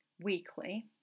weekly